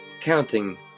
counting